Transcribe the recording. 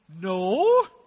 no